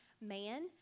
man